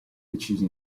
decisi